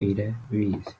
irabizi